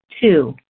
Two